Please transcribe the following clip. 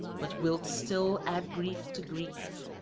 but wilt still add grief to grief.